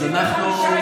ליברמן, הצבוע הגדול.